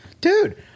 Dude